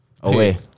away